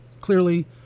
clearly